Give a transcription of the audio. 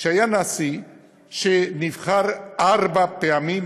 שהיה נשיא שנבחר ארבע פעמים,